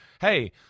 hey